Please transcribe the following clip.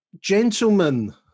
Gentlemen